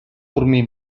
dormir